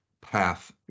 path